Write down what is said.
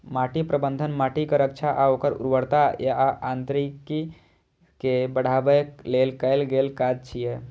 माटि प्रबंधन माटिक रक्षा आ ओकर उर्वरता आ यांत्रिकी कें बढ़ाबै लेल कैल गेल काज छियै